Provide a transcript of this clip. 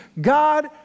God